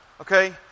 okay